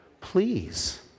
please